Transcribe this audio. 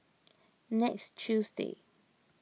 next Tuesday